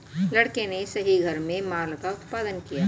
लड़के ने सही घर में माल का उत्पादन किया